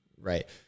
right